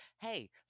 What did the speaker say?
Hey